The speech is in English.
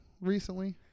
recently